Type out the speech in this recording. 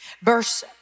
verse